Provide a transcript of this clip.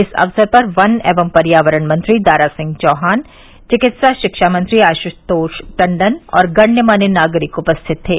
इस अवसर पर वन एवं पर्यावरण मंत्री दारा सिंह चौहान चिकित्सा शिक्षा मंत्री आशुतोष टण्डन और गण्यमान्य नागरिक उपस्थित थे